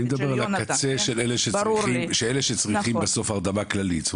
אני מדבר על הקצה של אלה שצריכים בסוף הרדמה כללית.